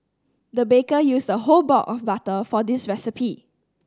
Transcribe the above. the baker used a whole block of butter for this recipe